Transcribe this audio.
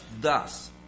thus